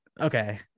okay